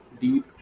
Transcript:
deep